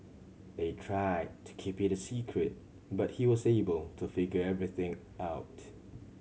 they tried to keep it a secret but he was able to figure everything out